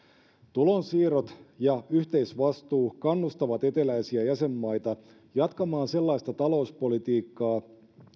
tulonsiirrot ja yhteisvastuu kannustavat eteläisiä jäsenmaita jatkamaan sellaista talouspolitiikkaa